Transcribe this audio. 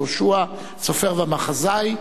יהושע, סופר ומחזאי.